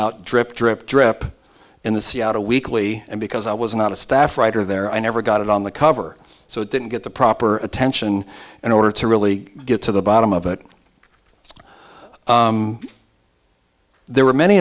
out drip drip drip in the seattle weekly and because i was not a staff writer there i never got it on the cover so it didn't get the proper attention in order to really get to the bottom of it there were many